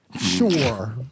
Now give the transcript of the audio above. Sure